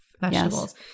vegetables